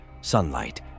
sunlight